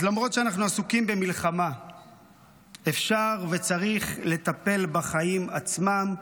אז למרות שאנחנו עסוקים במלחמה אפשר וצריך לטפל בחיים עצמם.